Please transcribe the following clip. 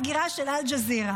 סגירה של אל-ג'זירה.